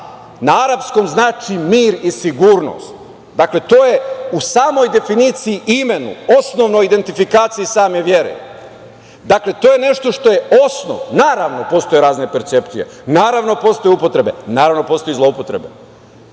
na arapskom znači mir i sigurnost, dakle to je u samoj definiciji i imenu, osnovnoj identifikaciji same vere i to je nešto što je osnov. Naravno, postoje razne percepcije, postoje upotrebe, naravno, postoje i zloupotrebe,